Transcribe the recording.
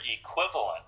equivalent